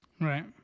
right